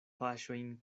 paŝojn